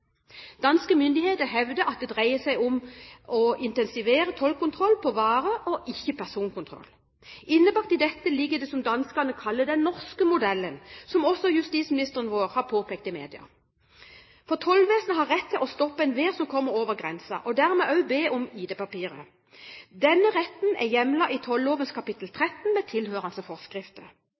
Danske myndigheter hevder at det dreier seg om å intensivere tollkontroll på varer – og ikke personkontroll. Innbakt i dette ligger det som danskene kaller den norske modellen, som også justisministeren vår har påpekt i media. For tollvesenet har rett til å stoppe enhver som kommer over grensen, og dermed også be om ID-papirer. Denne retten er hjemlet i tolloven kapittel 13, med tilhørende forskrifter.